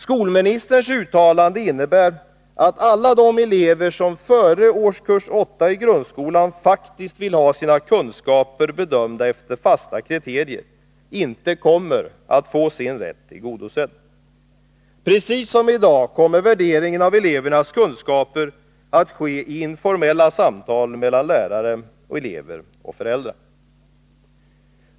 Skolministerns uttalande innebär att alla de elever som före årskurs 8 i grundskolan faktiskt vill ha sina kunskaper bedömda efter fasta kriterier inte kommer att få sin rätt tillgodosedd. Precis som i dag kommer värderingen av elevernas kunskaper att ske i informella samtal mellan lärare, elever och föräldrar.